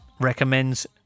recommends